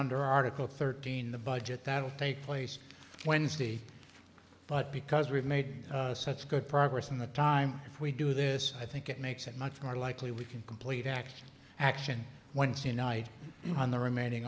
under article thirteen in the budget that will take place wednesday but because we've made such good progress in the time if we do this i think it makes it much more likely we can complete action action wednesday night on the remaining